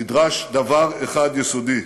נדרש דבר אחד יסודי: